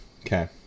okay